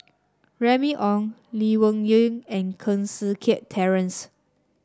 Remy Ong Lee Wung Yew and Koh Seng Kiat Terence